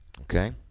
Okay